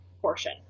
portion